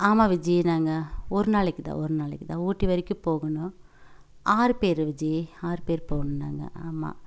ஆமாம் விஜி நாங்கள் ஒரு நாளைக்கு தான் ஒரு நாளைக்கு தான் ஊட்டி வரைக்கும் போகணும் ஆறு பேர் விஜி ஆறு பேரு போகணும் நாங்கள் ஆமாம்